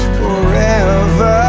forever